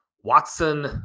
Watson